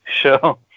show